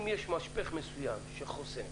אם יש משפך מסוים שחוסם